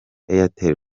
airtel